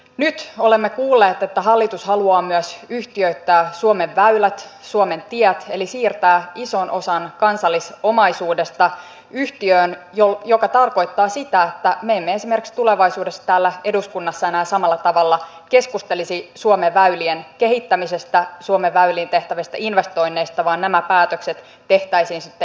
nyt olemme kuulleet että hallitus haluaa yhtiöittää myös suomen väylät suomen tiet eli siirtää ison osan kansallisomaisuudesta yhtiöön mikä tarkoittaa sitä että me emme esimerkiksi tulevaisuudessa täällä eduskunnassa enää samalla tavalla keskustelisi suomen väylien kehittämisestä suomen väyliin tehtävistä investoinneista vaan nämä päätökset tehtäisiin sitten yhtiöissä